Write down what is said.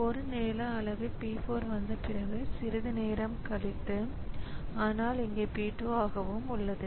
1 நேர அலகு P 4 வந்த பிறகு சிறிது நேரம் கழித்து ஆனால் இங்கே P 2 ஆகவும் உள்ளது